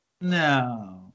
No